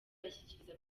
ashyikiriza